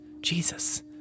jesus